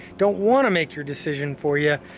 don't wanna make your decision for yeah